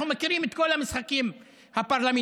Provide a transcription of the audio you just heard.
אנחנו מכירים את כל המשחקים הפרלמנטריים.